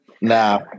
Nah